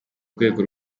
rwego